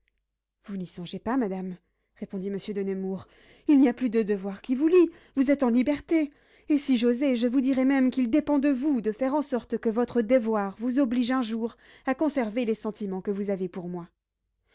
vous n'y songez pas madame répondit monsieur de nemours il n'y a plus de devoir qui vous lie vous êtes en liberté et si j'osais je vous dirais même qu'il dépend de vous de faire en sorte que votre devoir vous oblige un jour à conserver les sentiments que vous avez pour moi